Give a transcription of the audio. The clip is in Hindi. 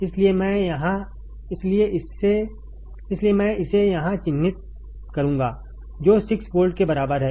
इसलिए मैं इसे यहाँ चिन्हित करूँगा जो 6 वोल्ट के बराबर है